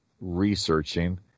researching